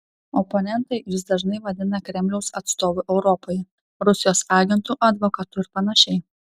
oponentai jus dažnai vadina kremliaus atstovu europoje rusijos agentu advokatu ir panašiai